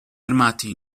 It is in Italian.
armati